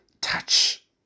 Touch